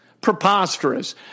preposterous